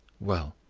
well,